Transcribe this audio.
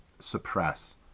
suppress